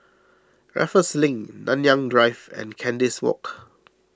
Raffles Link Nanyang Drive and Kandis Walk